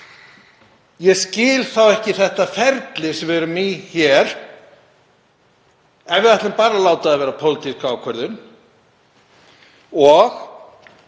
ég skil þá ekki það ferli sem við erum í hér ef við ætlum bara að láta það vera pólitíska ákvörðun. Og